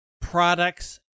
products